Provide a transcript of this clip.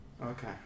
Okay